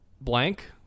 Blank